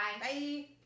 Bye